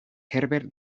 herbert